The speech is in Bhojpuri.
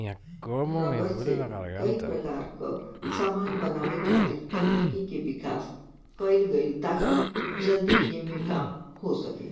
रबर से कई प्रकार क समान बनावे खातिर तकनीक के विकास कईल गइल ताकि जल्दी एमे काम हो सके